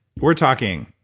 we're talking,